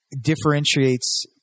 differentiates